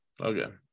okay